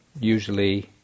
usually